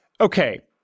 Okay